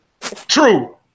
True